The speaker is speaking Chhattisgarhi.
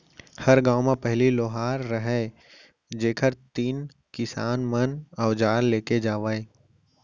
हर गॉंव म पहिली लोहार रहयँ जेकर तीन किसान मन अवजार लेके जावयँ